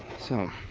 so,